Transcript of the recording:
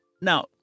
Now